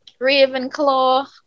Ravenclaw